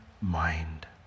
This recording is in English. mind